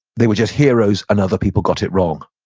they were just heroes and other people got it wrong.